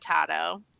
potato